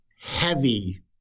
heavy